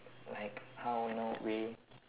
like how you know we